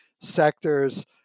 sectors